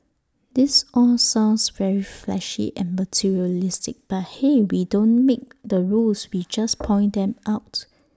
this all sounds very flashy and materialistic but hey we don't make the rules we just point them out